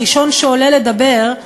הראשון שעולה לדבר,